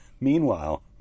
Meanwhile